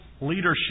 leadership